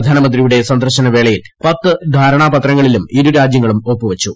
പ്രധാനമന്ത്രിയുടെ സന്ദർശന വേളയിൽ പത്ത് ധാരണാപത്രങ്ങളിലും ഇരുരാജ്യങ്ങളും ഒപ്പുവച്ചു